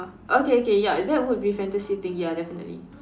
okay okay ya is that would be fantastic thing ya definitely